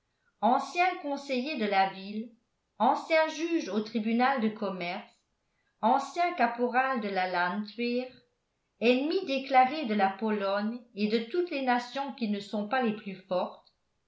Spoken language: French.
ancien conseiller de la ville ancien juge au tribunal de commerce ancien caporal de la landwehr ennemi déclaré de la pologne et de toutes les nations qui ne sont pas les plus fortes